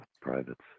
privates